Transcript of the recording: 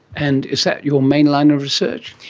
and is that your main line of research?